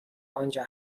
آنجا